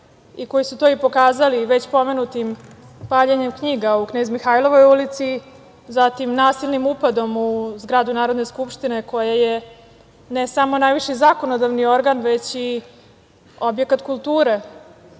i koji su to pokazali već pomenutim paljenjem knjiga u Knez Mihailovoj ulici i zatim nasilnim upadom u zgradu Narodne skupštine koja je, ne samo najviši zakonodavni organ, nego je objekat kulture.